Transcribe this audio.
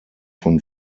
von